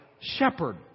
shepherd